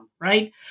Right